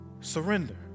Surrender